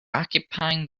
occupying